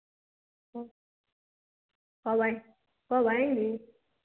कब आए कब आएँगी